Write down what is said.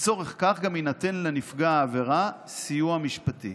לצורך זה גם יינתן לנפגע העבירה סיוע משפטי.